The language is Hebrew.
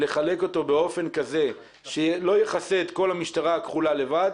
לחלק אותו באופן כזה שלא יכסה את כל המשטרה הכחולה לבד,